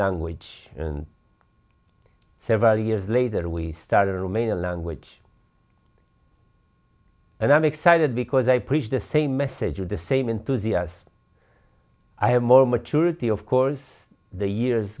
language and several years later we started a romanian language and i'm excited because i preach the same message with the same enthusiasm i have more maturity of course the years